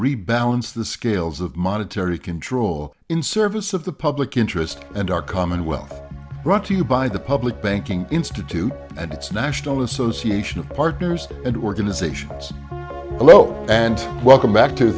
rebalance the scales of monetary control in service of the public interest and our common wealth brought to you by the public banking institute and its national association of partners and organizations hello and welcome back to